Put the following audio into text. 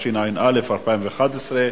התשע"א 2011,